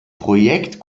projekt